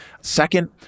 Second